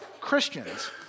Christians